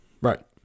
Right